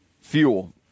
fuel